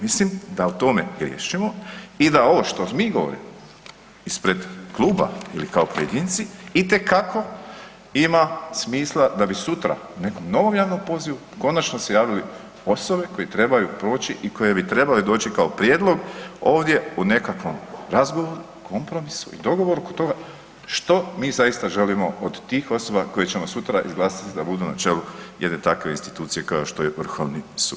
Mislim da u tome griješimo i da ovo što mi govorimo ispred kluba ili kao pojedinci itekako ima smisla da bi sutra nekom novom javnom pozivu končano se javili osobe koje trebaju proći i koje bi trebale doći kao prijedlog ovdje u nekakvom razgovoru, kompromisu i dogovoru oko toga što mi zaista želimo od tih osoba koje ćemo sutra izglasati da budu na čelu jedne takve institucije kao što je Vrhovni sud.